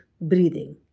breathing